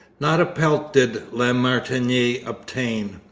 not a pelt did la martiniere obtain.